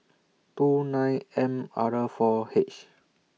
two nine M R four H